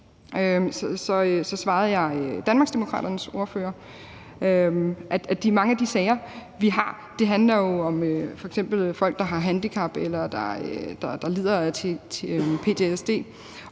svarede jeg Danmarksdemokraternes ordfører, at mange af de sager, vi har, jo f.eks. handler om folk, der har et handicap, eller som lider af ptsd,